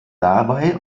dabei